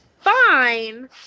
fine